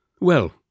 Well